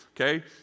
okay